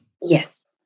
Yes